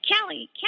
Kelly